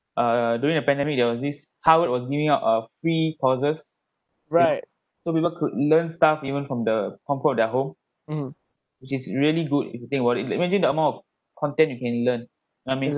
err during a pandemic there was this harvard was giving out a free courses so people could learn stuff even from the comfort of their home which is really good if you think about it like imagine the amount of content you can learn I mean